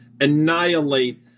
annihilate